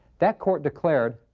that court declared,